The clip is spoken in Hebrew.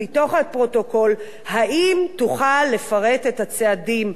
מתוך הפרוטוקול: האם תוכל לפרט את הצעדים?